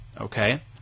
okay